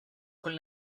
con